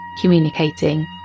communicating